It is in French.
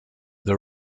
the